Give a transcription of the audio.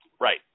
Right